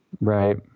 Right